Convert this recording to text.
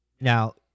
Now